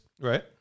Right